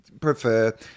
prefer